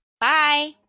Bye